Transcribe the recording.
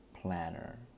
planner